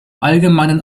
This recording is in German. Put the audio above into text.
allgemeinen